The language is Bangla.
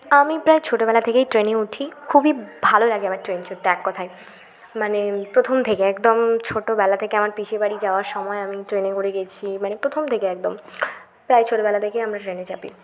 আমি প্রায় ছোটোবেলা থেকেই ট্রেনে উঠি খুবই ভালো লাগে আমার ট্রেন চড়তে এককথায় মানে প্রথম থেকে একদম ছোটোবেলা থেকে আমার পিসির বাড়ি যাওয়ার সময় আমি ট্রেনে করে গেছি মানে প্রথম থেকে একদম প্রায় ছোটোবেলা থেকে আমরা ট্রেনে চাপি